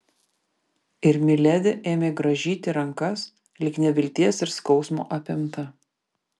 ir miledi ėmė grąžyti rankas lyg nevilties ir skausmo apimta